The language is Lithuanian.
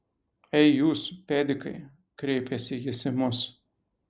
ei jūs pedikai kreipėsi jis į mus